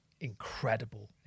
incredible